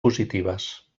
positives